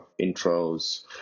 intros